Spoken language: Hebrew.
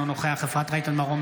אינו נוכח אפרת רייטן מרום,